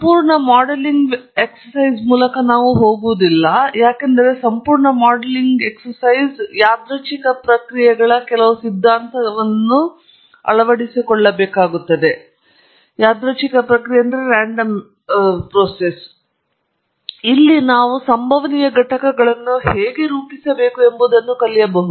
ಸಂಪೂರ್ಣ ಮಾಡೆಲಿಂಗ್ ವ್ಯಾಯಾಮದ ಮೂಲಕ ನಾವು ಹೋಗುವುದಿಲ್ಲ ಯಾಕೆಂದರೆ ಸಂಪೂರ್ಣ ಮಾಡೆಲಿಂಗ್ ವ್ಯಾಯಾಮವು ಯಾದೃಚ್ಛಿಕ ಪ್ರಕ್ರಿಯೆಗಳ ಕೆಲವು ಸಿದ್ಧಾಂತಕ್ಕೆ ಸಹ ಕರೆಯಬಹುದು ಅಲ್ಲಿ ನಾವು ಸಂಭವನೀಯ ಘಟಕಗಳನ್ನು ಹೇಗೆ ರೂಪಿಸಬೇಕು ಎಂಬುದನ್ನು ಕಲಿಯಬಹುದು